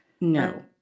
no